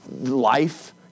Life